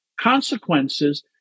consequences